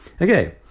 Okay